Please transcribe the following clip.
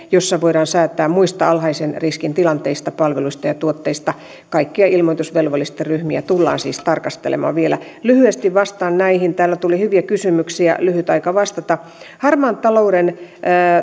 jossa voidaan säätää muista alhaisen riskin tilanteista palveluista ja tuotteista kaikkia ilmoitusvelvollisten ryhmiä tullaan siis tarkastelemaan vielä lyhyesti vastaan näihin täällä tuli hyviä kysymyksiä lyhyt aika vastata harmaan talouden